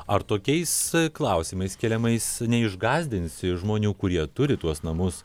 ar tokiais klausimais keliamais neišgąsdinsi žmonių kurie turi tuos namus